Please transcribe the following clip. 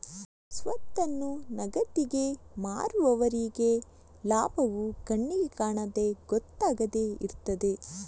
ಸ್ವತ್ತನ್ನು ನಗದಿಗೆ ಮಾರುವವರೆಗೆ ಲಾಭವು ಕಣ್ಣಿಗೆ ಕಾಣದೆ ಗೊತ್ತಾಗದೆ ಇರ್ತದೆ